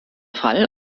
fall